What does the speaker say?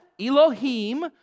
Elohim